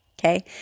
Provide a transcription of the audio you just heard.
Okay